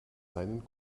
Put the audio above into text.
seinen